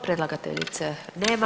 Predlagateljice nema.